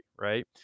Right